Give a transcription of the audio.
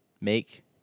Make